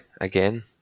again